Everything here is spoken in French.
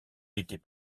était